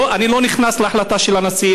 אני לא נכנס להחלטה של הנשיא,